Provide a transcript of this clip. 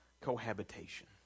cohabitation